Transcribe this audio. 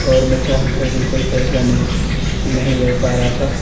اور میں چاہ کر بھی کوئی فیصلہ نہیں نہیں لے پا رہا تھا